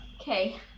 Okay